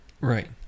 Right